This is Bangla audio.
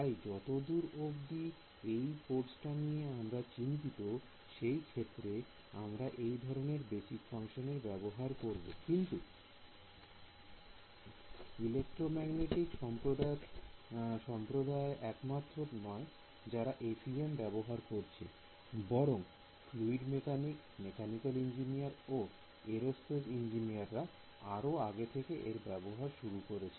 তাই যতদুর অব্দি এই কোর্সটা নিয়ে আমরা চিন্তিত সে ক্ষেত্রে আমরা এই ধরনের বেসিক ফাংশন এর ব্যবহার করব কিন্তু ইলেক্ট্রোম্যাগনেটিক সম্প্রদায় একমাত্র নয় যারা FEM ব্যবহার করছে বরং ফ্লুইড মেকানিক মেকানিক্যাল ইঞ্জিনিয়ার ও এয়ারওস্পেস ইঞ্জিনিয়ার রা আরো আগে এর ব্যবহার শুরু করেছে